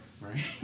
right